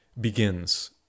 begins